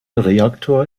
reaktor